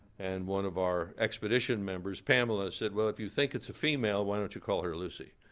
and one of our expedition members, pamela, said, well, if you think it's a female, why don't you call her lucy?